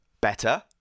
better